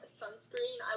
sunscreen